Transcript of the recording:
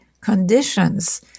conditions